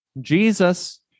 jesus